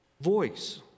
voice